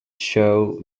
show